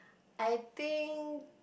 I think